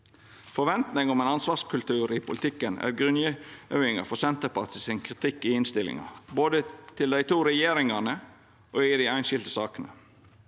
Forventninga om ein ansvarskultur i politikken er grunngjevinga for Senterpartiet sin kritikk i innstillinga, både til dei to regjeringane og i dei einskilde sakene.